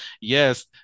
yes